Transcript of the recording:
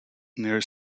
near